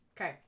Okay